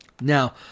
Now